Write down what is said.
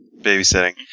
babysitting